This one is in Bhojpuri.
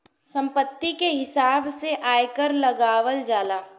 संपत्ति के हिसाब से आयकर लगावल जाला